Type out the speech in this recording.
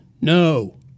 No